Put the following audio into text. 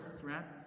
threat